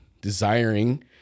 desiring